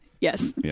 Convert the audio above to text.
Yes